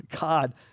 God